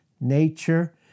nature